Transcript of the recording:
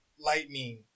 Lightning